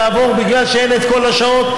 בגלל שאין כל השעות,